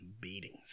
beatings